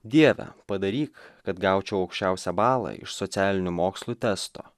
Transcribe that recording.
dievą padaryk kad gaučiau aukščiausią balą iš socialinių mokslų testo